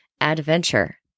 adventure